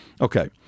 Okay